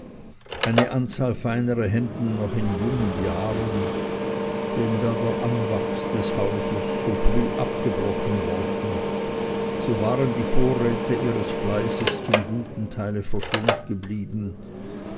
eine anzahl feinere hemden noch in jungen jahren denn da der anwachs des hauses so früh abgebrochen worden so waren die vorräte ihres fleißes zum guten teile verschont geblieben